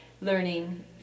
learning